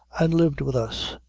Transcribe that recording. and lived with us.